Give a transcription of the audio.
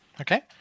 Okay